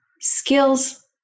skills